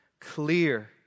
clear